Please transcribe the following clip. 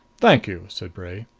thank you, said bray.